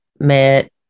met